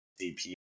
CPU